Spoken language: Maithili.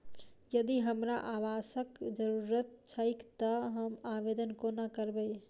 यदि हमरा आवासक जरुरत छैक तऽ हम आवेदन कोना करबै?